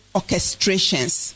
orchestrations